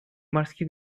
морских